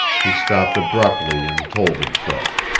he stopped abruptly and told them so.